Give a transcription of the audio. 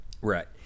Right